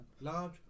Large